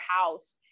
house